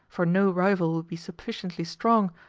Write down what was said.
for no rival will be sufficiently strong,